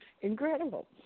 incredible